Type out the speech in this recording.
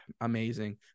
amazing